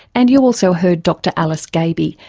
and you also heard dr alice gaby,